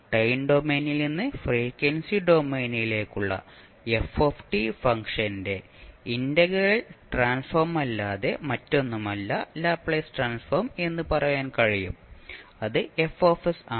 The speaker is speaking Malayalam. ടൈം ഡൊമെയ്നിൽ നിന്ന് ഫ്രീക്വൻസി ഡൊമെയ്നിലേക്കുള്ള f ഫംഗ്ഷന്റെ ഇന്റഗ്രൽ ട്രാൻസ്ഫോമല്ലാതെ മറ്റൊന്നുമല്ല ലാപ്ലേസ് ട്രാൻസ്ഫോം എന്ന് പറയാൻ കഴിയും അത് F ആണ്